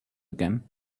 again